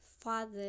father